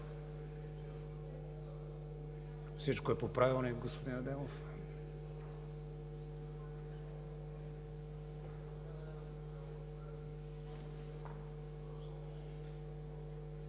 Всичко е по правилник, господин Адемов.